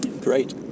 Great